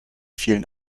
vielen